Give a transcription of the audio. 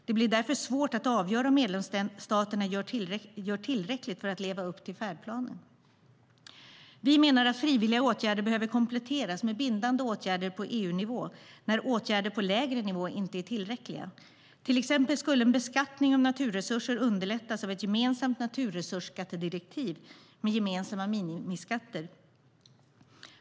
Det blir därför svårt att avgöra om medlemsstaterna gör tillräckligt för att leva upp till färdplanens intentioner. Vi menar att frivilliga åtgärder behöver kompletteras med bindande åtgärder på EU-nivå när åtgärder på lägre nivå inte är tillräckliga. Till exempel skulle en beskattning av naturresurser underlättas av ett gemensamt naturresursskattedirektiv med gemensamma minimiskatter.